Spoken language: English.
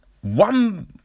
one